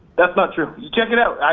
that's not true. you check it out.